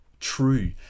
true